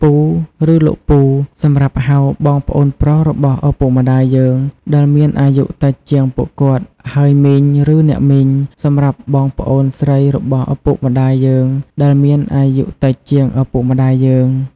ពូ ឬលោកពូ សម្រាប់ហៅបងប្អូនប្រុសរបស់ឪពុកម្ដាយយើងដែលមានអាយុតិចជាងពួកគាត់ ហើយ មីង ឬអ្នកមីង សម្រាប់បងប្អូនស្រីរបស់ឪពុកម្ដាយយើងដែលមានអាយុតិចជាងឪពុកម្តាយយើង។